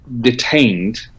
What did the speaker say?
detained